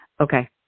okay